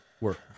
work